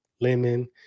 lemon